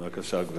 בבקשה, גברתי.